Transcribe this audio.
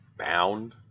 Bound